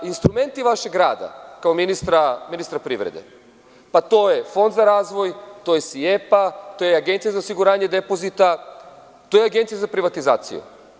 Instrumenti vašeg rada kao ministra privrede, to je Fond za razvoj, to je SIEPA, to je Agencija za osiguranje depozita, to je Agencija za privatizaciju.